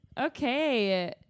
okay